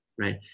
right